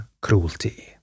cruelty